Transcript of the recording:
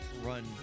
run